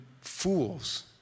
fools